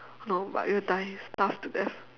no but you'll die starve to death